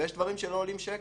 ויש דברים שלא עולים שקל.